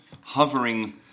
hovering